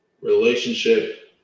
relationship